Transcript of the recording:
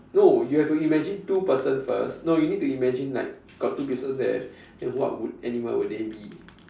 no you have to imagine two person first no you need to imagine like got two people there then what would animal would they be